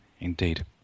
Indeed